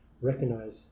recognize